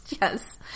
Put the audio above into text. Yes